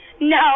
No